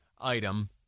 item